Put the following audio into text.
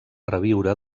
reviure